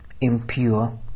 impure